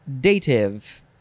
dative